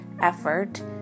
effort